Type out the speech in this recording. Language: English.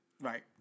Right